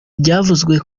byavuzwe